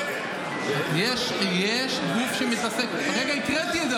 יש גוף שמתעסק, הרגע הקראתי את זה.